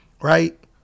right